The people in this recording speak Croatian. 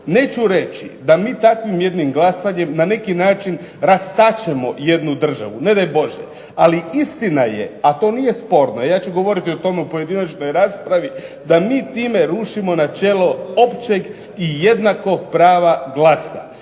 Neću reći da mi takvim jednim glasanjem na neki način rastačemo jednu državu, ne daj Bože. Ali istina je, a to nije sporno, ja ću govoriti o tome u pojedinačnoj raspravi, da mi time rušimo načelo općeg i jednakog prava glasa.